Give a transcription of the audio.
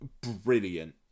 brilliant